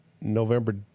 November